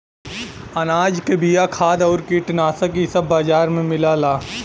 अनाज के बिया, खाद आउर कीटनाशक इ सब बाजार में मिलला